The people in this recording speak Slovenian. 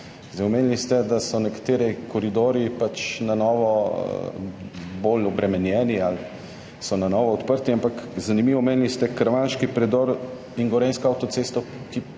Omenili ste, da so nekateri koridorji na novo bolj obremenjeni ali so na novo odprti, ampak zanimivo, omenili ste karavanški predor in gorenjsko avtocesto, ki